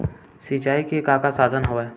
सिंचाई के का का साधन हवय?